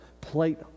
Plate